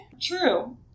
True